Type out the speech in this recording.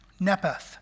Nepeth